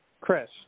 Chris